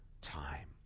time